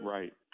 Right